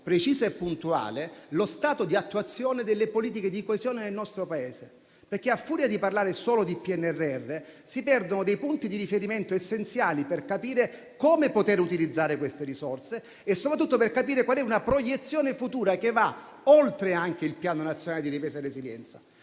precisa e puntuale, lo stato di attuazione delle politiche di coesione nel nostro Paese, perché, a furia di parlare solo di PNRR, si perdono dei punti di riferimento essenziali per capire come poter utilizzare queste risorse e soprattutto per capire quale può essere la proiezione futura che vada oltre il Piano nazionale di ripresa di residenza.